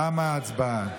תמה ההצבעה.